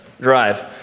drive